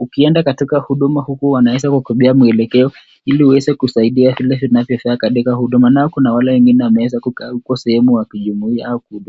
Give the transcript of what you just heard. ukienda katika huduma huku wanaweza kukupea mwelekeo ili uweze kusaidiwa vile inavyofaa katika huduma na kuna wale wengine wameweza kukaa katika ile sehemu ya kijumuiya au kuhudumiwa.